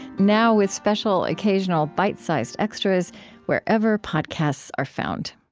now with special occasional bite-sized extras wherever podcasts are found